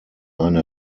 eine